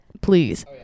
Please